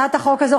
הצעת החוק הזו,